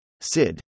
SID